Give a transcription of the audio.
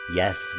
yes